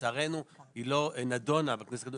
לצערנו היא לא נדונה בכנסת הקודמת,